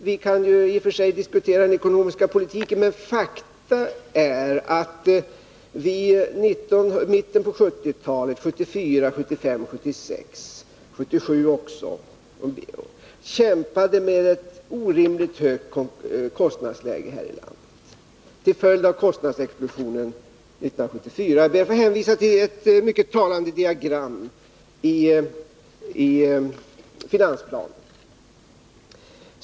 Vi kan i och för sig diskutera den ekonomiska politiken, men fakta är att vi i mitten av 1970-talet — 1974, 1975, 1976 och också 1977 — kämpade med ett till andra länder av statliga företags verksamhet orimligt högt kostnadsläge här i landet till följd av kostnadsexplosionen 1974. Jag ber att få hänvisa till ett mycket talande diagram i finansplanen.